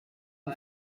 dem